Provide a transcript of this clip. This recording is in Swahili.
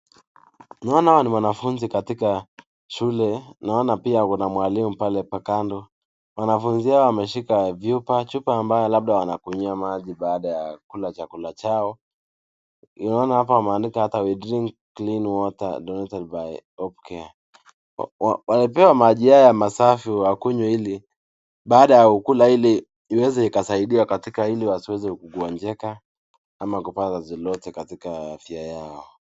Naona hawa ni wanafunzi katika shule. Naona pia kuna mwalimu pale pakando. Wanafunzi hao wameshika vyupa chupa ambayo labda wanakunywa maji baada ya kula chakula chao. Inaona hapa wameandika hata We Drink Clean Water Donated by Opcare . Walipewa maji haya masafi wakunywe ili baada ya kula ili iweze ikasaidiwe katika ili wasiweze kuugonjeka ama kupata zizilote katika afya yao.